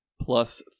plus